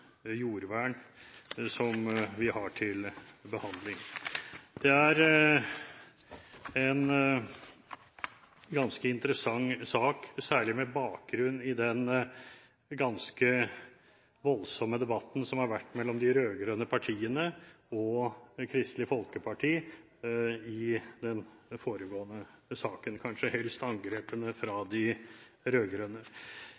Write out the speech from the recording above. jordvern, som vi har til behandling. Det er en ganske interessant sak, særlig med bakgrunn i den ganske voldsomme debatten var mellom de rød-grønne partiene og Kristelig Folkeparti i den foregående saken – kanskje helst angrepene